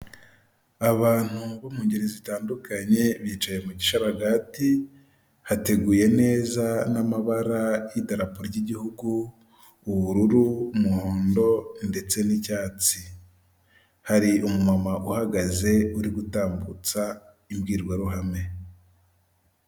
Abantu bo mu ngeri zitandukanye bicaye mu gisharagati, hateguye neza n'amabara y'idarapo ry'igihugu, ubururu, umuhondo ndetse n'icyatsi, hari umumama uhagaze uri gutambutsa imbwirwaruhame.